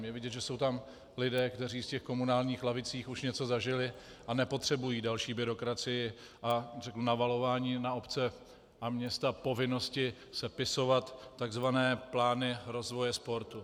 Je vidět, že jsou tam lidé, kteří v komunálních lavicích už něco zažili a nepotřebují další byrokracii a navalování na obce a města povinnosti sepisovat takzvané plány rozvoje sportu.